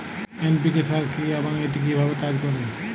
NPK সার কি এবং এটি কিভাবে কাজ করে?